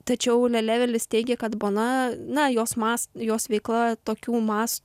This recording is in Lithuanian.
tačiau lelevelis teigia kad bona na jos mas jos veikla tokių mastų